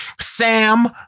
Sam